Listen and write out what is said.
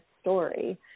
story